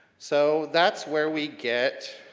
so that's where we get,